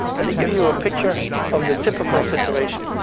let me give you a picture of the typical situation.